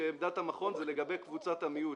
שעמדת המכון זה לגבי קבוצת המיעוט,